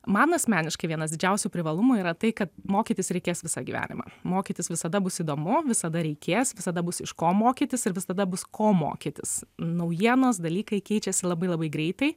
man asmeniškai vienas didžiausių privalumų yra tai kad mokytis reikės visą gyvenimą mokytis visada bus įdomu visada reikės visada bus iš ko mokytis ir visada bus ko mokytis naujienos dalykai keičiasi labai labai greitai